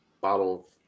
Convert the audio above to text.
bottle